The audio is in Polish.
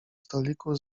stoliku